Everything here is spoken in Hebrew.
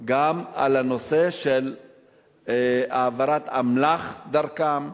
גם לנושא של העברת אמל"ח דרכם,